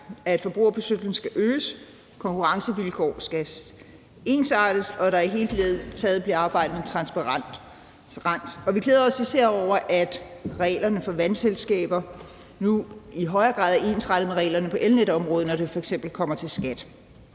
at forbrugerbeskyttelsen skal øges, konkurrencevilkårene skal ensartes, og at der i hele taget bliver arbejdet med transparens. Og vi glæder os især over, at reglerne for vandselskaber nu i højere grad er ensrettet med reglerne på elnetområdet, når det f.eks. kommer til skat.